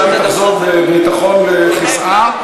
עכשיו היא תחזור בביטחון לכיסאה.